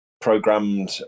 programmed